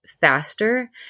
faster